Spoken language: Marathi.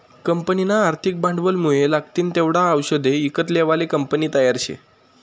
कंपनीना आर्थिक भांडवलमुये लागतीन तेवढा आवषदे ईकत लेवाले कंपनी तयार शे